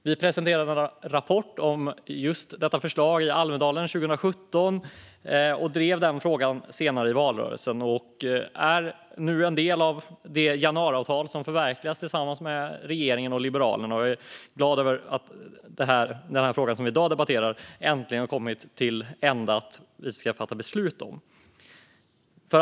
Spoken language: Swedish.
Vi presenterade en rapport om just detta förslag i Almedalen 2017 och drev den frågan senare i valrörelsen. Det är nu en del av det januariavtal som förverkligas tillsammans med regeringen och Liberalerna. Jag är glad över att den fråga som vi i dag debatterar äntligen kommit fram till att vi ska fatta beslut om den.